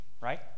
right